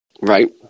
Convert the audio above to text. Right